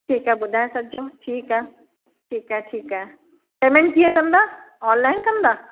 ठीकु आहे ॿुधाए छॾिजो ठीकु आहे ठीकु आहे ठीकु आहे पेमेंट कीअं कंदा ऑनलाइन कंदा